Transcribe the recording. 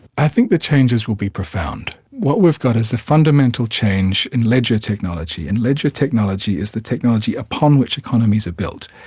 i think the changes will be profound. what we've got is a fundamental change in ledger technology, and ledger technology is the technology upon which economies are built.